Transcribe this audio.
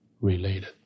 related